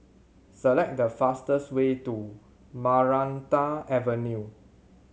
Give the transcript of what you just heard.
select the fastest way to Maranta Avenue